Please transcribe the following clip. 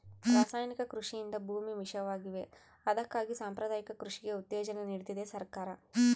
ರಾಸಾಯನಿಕ ಕೃಷಿಯಿಂದ ಭೂಮಿ ವಿಷವಾಗಿವೆ ಅದಕ್ಕಾಗಿ ಸಾಂಪ್ರದಾಯಿಕ ಕೃಷಿಗೆ ಉತ್ತೇಜನ ನೀಡ್ತಿದೆ ಸರ್ಕಾರ